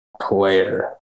player